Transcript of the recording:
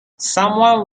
someone